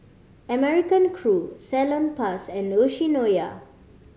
American Crew Salonpas and Yoshinoya